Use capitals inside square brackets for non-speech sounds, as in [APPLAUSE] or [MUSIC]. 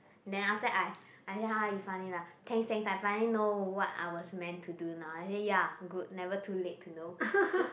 then after that I I said !huh! you funny lah thanks thanks I finally know what I was meant to do now I say ya good never too late to know [LAUGHS]